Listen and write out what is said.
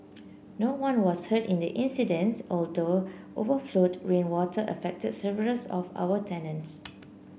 no one was hurt in the incident although overflowed rainwater affected several of our tenants